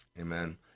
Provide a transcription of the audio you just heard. Amen